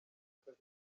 kagame